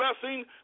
blessing